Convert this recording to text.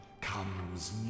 comes